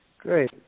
Great